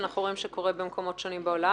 מה שאנחנו רואים שקורה במקומות אחרים בעולם?